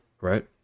right